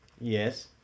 Yes